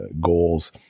goals